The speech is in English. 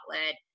outlet